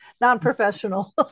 non-professional